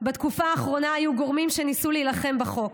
בתקופה האחרונה היו גורמים שניסו להילחם בחוק.